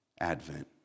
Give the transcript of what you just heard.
Advent